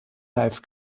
live